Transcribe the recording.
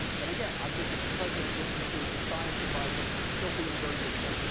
and again, i think if the president listens to his his science adviser, he'll be in very good shape.